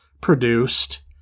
produced